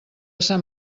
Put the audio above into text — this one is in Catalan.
sant